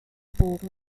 bogen